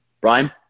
Brian